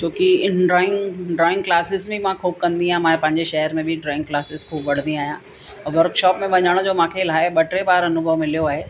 की इन drawing drawing classes में मां ख़ूब कंदी आहियां मां पंहिंजे शहर में बि ड्रॉइंग क्लासिस ख़ूब वठंदी आहियां वर्कशॉप में वञण जो मूंखे इलाही ॿ टे बार अनुभव मिलियो आहे